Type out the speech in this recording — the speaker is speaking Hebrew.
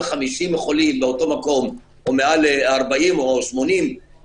50 חולים לאותו מקום או מעל 40 או 80,